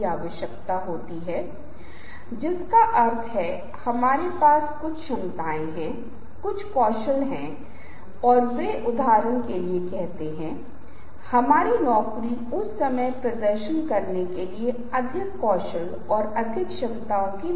और वहां आपको पता चलेगा कि प्रस्तुति के संदर्भ में लिंग भी एक महत्वपूर्ण भूमिका निभाता है और विभिन्न लोगों का आकलन इस आधार पर किया जाता है कि वे अलग अलग तरीकों से पुरुष और महिला हैं या नहीं